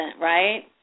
right